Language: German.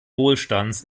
wohlstands